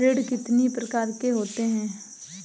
ऋण कितनी प्रकार के होते हैं?